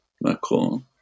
Macron